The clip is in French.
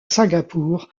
singapour